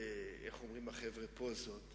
להיכנע לכל האילוצים אתה מגיע למצב שיכול להיות,